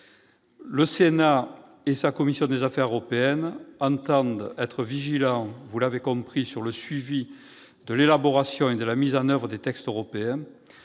Le Sénat et sa commission des affaires européennes entendent être vigilants quant au suivi de l'élaboration et de la mise en oeuvre des textes européens.